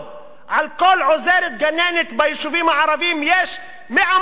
על כל עוזרת גננת ביישובים הערביים יש 100 מועמדות,